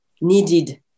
needed